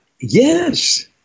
yes